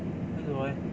那里有 meh